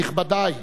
נכבדי,